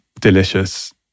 delicious